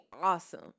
awesome